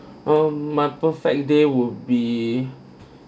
um my perfect day would be